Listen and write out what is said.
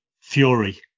Fury